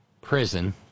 prison